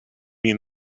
mean